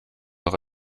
auch